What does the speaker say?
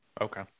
Okay